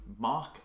mark